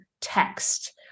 text